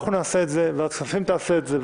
אנחנו נעשה את זה וועדת הכספים תעשה את זה,